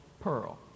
pearl